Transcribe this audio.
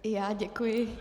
I já děkuji.